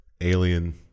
alien